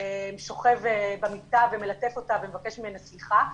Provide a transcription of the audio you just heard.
שוכב במיטה ומלטף אותה ומבקש ממנה סליחה,